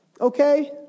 Okay